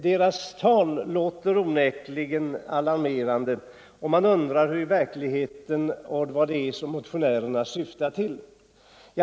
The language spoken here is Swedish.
Deras tal låter onekligen alarmerande och man undrar hur det är i verkligheten och vad motionärerna syftar till.